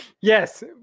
Yes